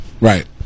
Right